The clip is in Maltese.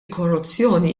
korruzzjoni